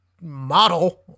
Model